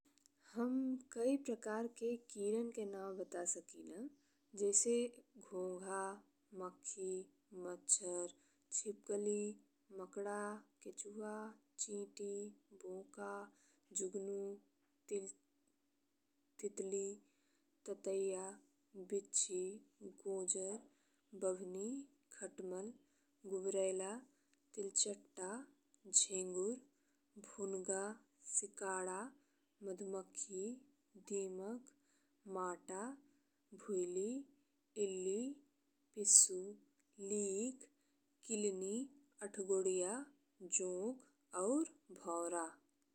हम कई प्रकार के कीडन के नाम बता सकिला जैसे ए घोंघा, मक्खी, मच्छर, छिपकली, मकड़ा, केचुआ, चींटी, बोका, जुगनू, तितली, ततैया, बिच्छी, गोजर, बभनी, खटमल, गुबरैला, तिलचट्टा, झिंगुर, भूंगा, सिकड़ा, मधुमक्खी, दीमक, माता, भुइली, इल्लि, पिस्सू, लीख, किल्लनी, अठगोड़िया, जोंक और भौर।